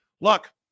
look